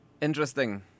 Interesting